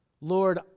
Lord